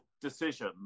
decision